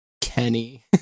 kenny